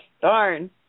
Darn